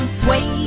sway